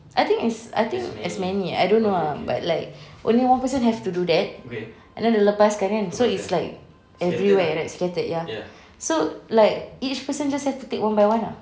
I think is I think as many I don't know lah but like only one person have to do that and then dia lepaskan kan so it's like everywhere right scattered ya so like each person just have to take one by one lah